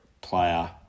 player